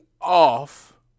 off